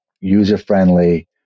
user-friendly